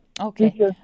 Okay